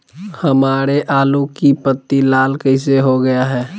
हमारे आलू की पत्ती लाल कैसे हो गया है?